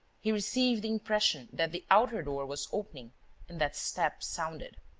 he received the impression that the outer door was opening and that steps sounded.